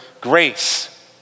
grace